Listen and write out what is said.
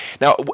Now